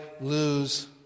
lose